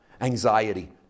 anxiety